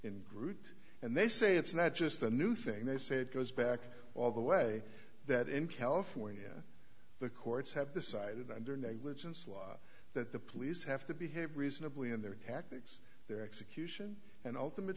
in groot and they say it's not just a new thing they said goes back all the way that in california the courts have decided under negligence law that the police have to behave reasonably in their tactics their execution and ultimate